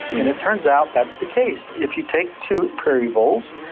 and it turns out that's the case. if you take two prairie voles,